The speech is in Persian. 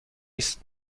است